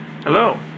Hello